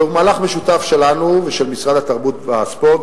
זהו מהלך משותף שלנו ושל משרד התרבות והספורט,